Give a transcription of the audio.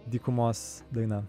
dykumos daina